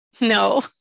no